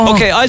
Okay